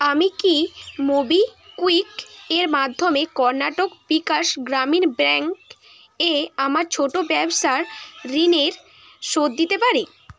আমি কি মোবিকুইক এর মাধ্যমে কণ্যাটক বিকাশ গ্রামীণ ব্যাঙ্ক এ আমার ছোট ব্যবসার ঋণের শোধ দিতে পারি